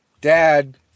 dad